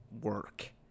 work